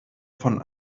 von